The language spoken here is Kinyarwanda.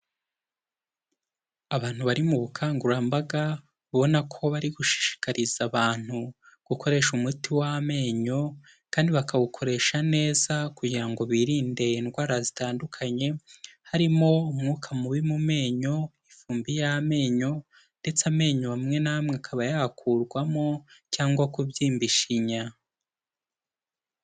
Abantu bari mu bukangurambaga babona ko bari gushishikariza abantu gukoresha umuti w'amenyo kandi bakawukoresha neza kugira ngo birinde indwara zitandukanye.